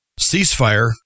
ceasefire